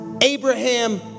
Abraham